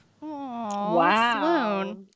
Wow